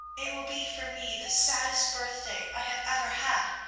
it will be for me the saddest birthday i have ever had.